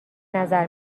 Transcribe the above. نظر